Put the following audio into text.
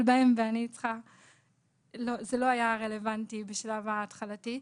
בהם וזה לא היה רלוונטי בשלב ההתחלתי.